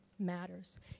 Matters